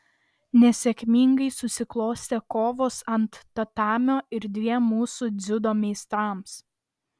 nesėkmingai susiklostė kovos ant tatamio ir dviem mūsų dziudo meistrams